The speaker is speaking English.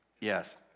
Yes